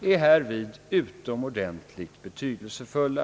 är härvid utomordentligt betydelsefull.